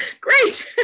Great